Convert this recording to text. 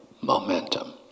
momentum